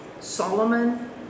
Solomon